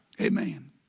Amen